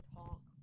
talk